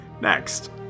Next